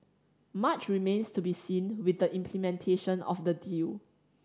much remains to be seen with the implementation of the deal